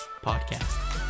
podcast